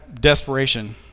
desperation